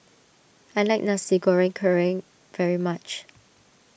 I like Nasi Goreng Kerang very much